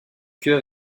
cœur